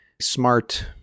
smart